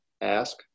ask